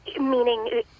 Meaning